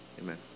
amen